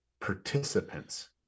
participants